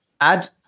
Add